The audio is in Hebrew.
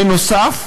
בנוסף,